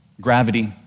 gravity